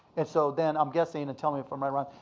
and so then i'm guessing, and tell me if i'm i'm wrong,